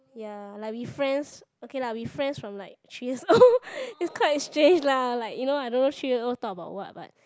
ya like we friends okay lah we friends from like three years old it's quite strange lah like I don't know three years old talk about what